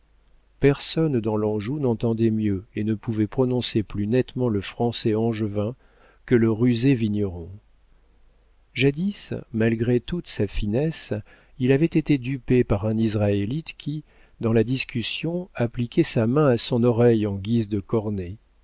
personne dans l'anjou n'entendait mieux et ne pouvait prononcer plus nettement le français angevin que le rusé vigneron jadis malgré toute sa finesse il avait été dupé par un israélite qui dans la discussion appliquait sa main à son oreille en guise de cornet